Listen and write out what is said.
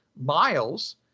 miles